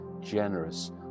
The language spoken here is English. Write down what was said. generous